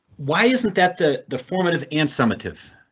why isn't that the the formative and summative?